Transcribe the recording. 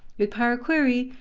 with power query,